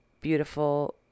beautiful